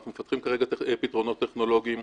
אנחנו מפתחים כרגע פתרונות טכנולוגיים,